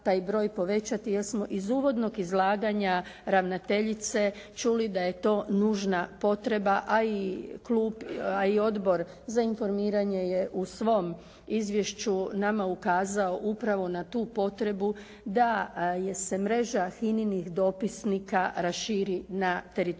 taj broj povećati jer smo iz uvodnog izlaganja ravnateljice čuli da je to nužna potreba a i Odbor za informiranje je u svom izvješću nama ukazao upravo na tu potrebu da se mreža HINA-inih dopisnika raširi na teritoriju